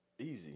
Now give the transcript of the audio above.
Easy